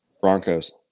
Broncos